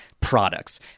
products